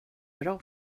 bra